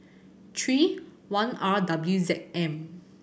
three one R W Z M